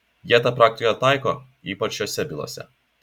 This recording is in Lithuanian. jie tą praktikoje taiko ypač šiose bylose